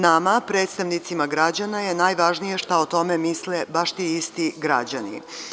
Nama, predstavnicima građana je najvažnije šta o tome misle baš ti isti građani.